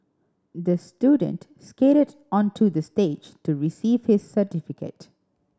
the student skated onto the stage to receive his certificate